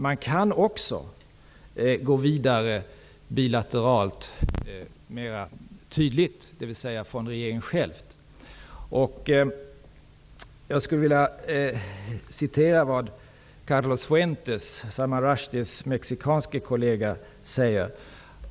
Man kan också gå vidare mera tydligt, bilateralt, från regeringen själv. Jag skulle vilja citera vad Carlos Fuentes, Salman Rushdies mexikanske kollega, säger.